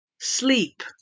Sleep